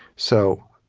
so,